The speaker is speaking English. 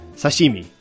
sashimi